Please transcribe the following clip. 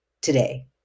today